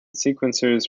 sequencers